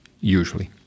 usually